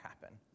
happen